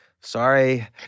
Sorry